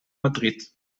madrid